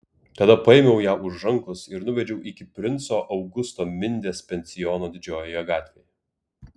tada paėmiau ją už rankos ir nuvedžiau iki princo augusto mindės pensiono didžiojoje gatvėje